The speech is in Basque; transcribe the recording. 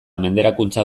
menderakuntza